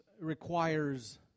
requires